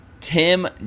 Tim